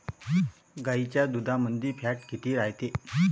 गाईच्या दुधामंदी फॅट किती रायते?